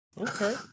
Okay